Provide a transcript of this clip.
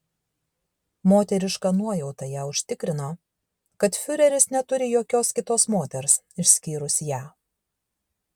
moteriška nuojauta ją užtikrino kad fiureris neturi jokios kitos moters išskyrus ją